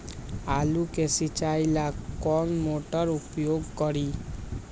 आलू के सिंचाई ला कौन मोटर उपयोग करी?